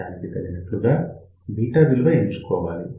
దానికి తగినట్లుగా β విలువ ఎంచుకోవాలి